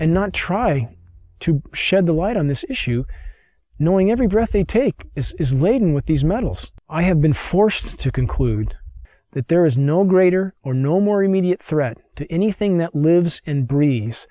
and not try to shed the white on this issue knowing every breath they take is laden with these metals i have been forced to conclude that there is no greater or no more immediate threat to anything that lives in greece